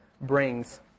brings